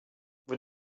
vous